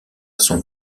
son